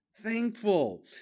thankful